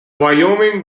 wyoming